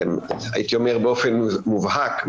הייתי אומר באופן מובהק,